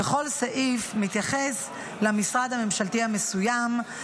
וכל סעיף מתייחס למשרד ממשלתי מסוים,